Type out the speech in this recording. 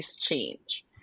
change